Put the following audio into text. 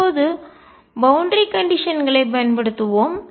இப்போது boundary condition எல்லை நிபந்தனை களைப் பயன்படுத்துவோம்